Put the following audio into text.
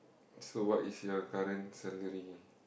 so what is your current salary